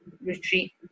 retreat